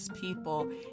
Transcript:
people